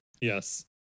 Yes